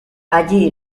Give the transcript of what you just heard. allí